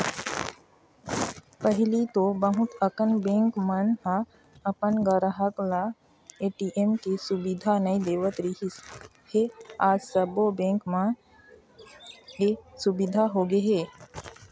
पहिली तो बहुत अकन बेंक मन ह अपन गराहक ल ए.टी.एम के सुबिधा नइ देवत रिहिस हे आज सबो बेंक म ए सुबिधा होगे हे